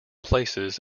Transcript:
places